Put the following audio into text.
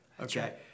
Okay